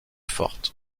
fortes